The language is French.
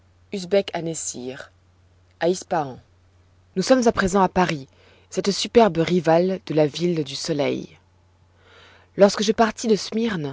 nous sommes à présent à paris cette superbe rivale de la ville du soleil lorsque je partis de